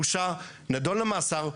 נידון למאסר,